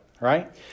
right